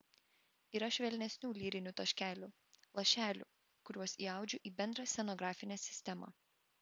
yra švelnesnių lyrinių taškelių lašelių kuriuos įaudžiu į bendrą scenografinę sistemą